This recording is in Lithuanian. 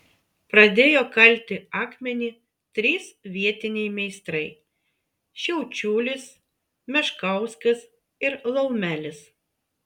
pradėjo kalti akmenį trys vietiniai meistrai šiaučiulis meškauskas ir laumelis